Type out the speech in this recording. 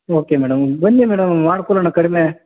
okay madam ಬನ್ನಿ madam ಮಾಡಿಕೊಡೋಣ ಕಡಿಮೆ